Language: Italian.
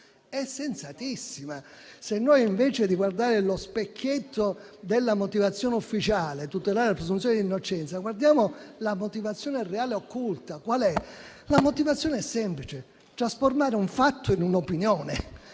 è sensatissima: se invece di guardare lo specchietto della motivazione ufficiale (tutelare la presunzione di innocenza), guardiamo la motivazione reale occulta, vediamo che questa è semplice, ovvero trasformare un fatto in un'opinione.